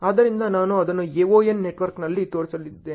ಆದ್ದರಿಂದ ನಾನು ಅದನ್ನು AoN ನೆಟ್ವರ್ಕ್ನಲ್ಲಿ ತೋರಿಸಿದ್ದೇನೆ